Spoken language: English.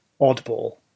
oddball